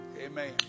Amen